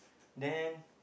then